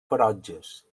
ferotges